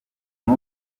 nta